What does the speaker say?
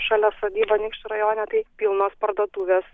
šalia sodybą anykščių rajone tai pilnos parduotuvės